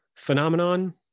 phenomenon